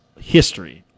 history